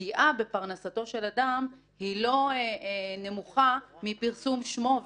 פגיעה בפרנסתו של אדם היא לא נמוכה מפרסום שמו.